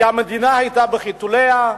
כי המדינה היתה בחיתוליה,